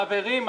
חברים,